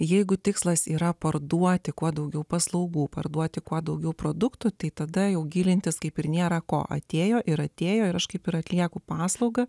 jeigu tikslas yra parduoti kuo daugiau paslaugų parduoti kuo daugiau produktų tai tada jau gilintis kaip ir nėra ko atėjo ir atėjo ir aš kaip ir atlieku paslaugą